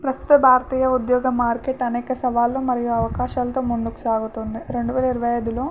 ప్రస్తుత భారతీయ ఉద్యోగ మార్కెట్ అనేక సవాళ్లు మరియు అవకాశాలతో ముందుకు సాగుతుంది రెండు వేల ఇరవై ఐదులో